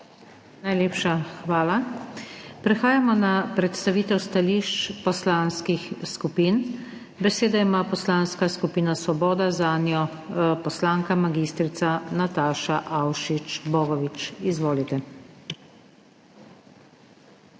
Najlepša hvala. Prehajamo na predstavitev stališč poslanskih skupin. Besedo ima Poslanska skupina Svoboda, zanjo poslanka mag. Nataša Avšič Bogovič. Izvolite. MAG.